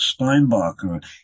Steinbacher